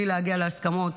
בלי להגיע להסכמות,